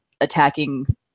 attacking